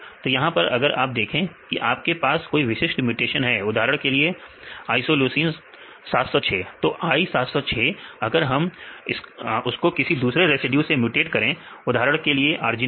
तो यहां पर अगर आप देखें कि आपके पास कोई विशिष्ट म्यूटेशन है उदाहरण के लिए आइसोल्यूसीन 706 तो I706 अगर हम उसको किसी दूसरे रेसिड्यू से म्यूटेट कर दे उदाहरण के लिए आरजीनीन